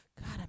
god